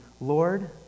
Lord